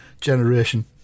generation